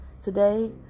Today